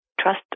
trust